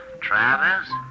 Travis